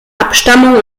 abstammung